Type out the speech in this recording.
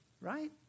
right